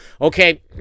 Okay